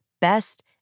best